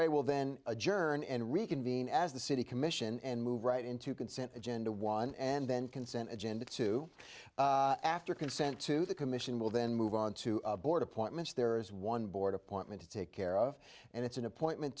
a will then adjourn and reconvene as the city commission and move right into consent agenda one and then consent agenda two after consent to the commission will then move on to board appointments there is one board appointment to take care of and it's an appointment